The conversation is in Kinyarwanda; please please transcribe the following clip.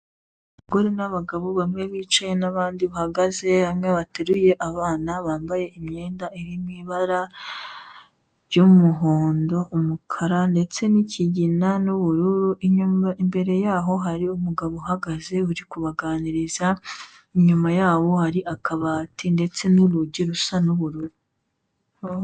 Abagore n' abagabo bamwe bicaye n'abandi bahagaze bamwe bateruye abana bambaye imyenda iri mu ibara ry'umuhondo, umukara ndetse n'ikigina n'ubururu, imbere y'aho hari umugabo uhagaze uri kubaganiriza, inyuma yabo hari akabati ndetse n'urugi rusa n'ubururu.